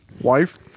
Wife